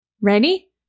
Ready